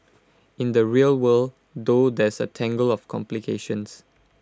in the real world though there's A tangle of complications